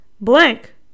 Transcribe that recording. blank